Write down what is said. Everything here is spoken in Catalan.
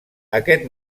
aquest